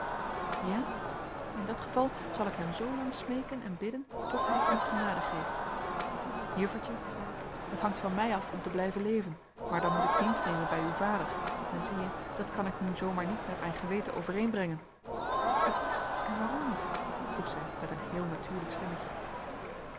ja in dat geval zal ik hem zoo lang smeeken en bidden tot hij u genade geeft juffertje zei ik het hangt van mij af om te blijven leven maar dan moet ik dienst nemen bij uw vader en zie je dat kan ik nu zoo maar niet met mijn geweten overeenbrengen en waarom niet vroeg zij met een heel natuurlijk stemmetje